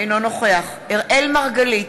אינו נוכח אראל מרגלית,